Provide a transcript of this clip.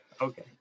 Okay